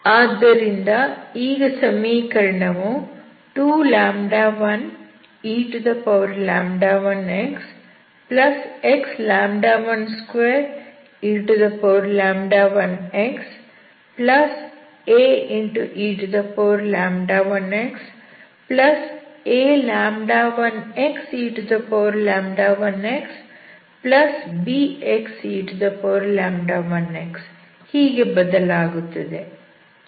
ಆದ್ದರಿಂದ ಈಗ ಸಮೀಕರಣವು 21e1xx12e1xae1xa1xe1xbxe1x ಹೀಗೆ ಬದಲಾಗುತ್ತದೆ